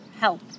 help